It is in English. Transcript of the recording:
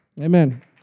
Amen